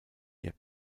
ihr